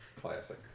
Classic